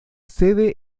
sede